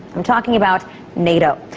i'm talking about nato.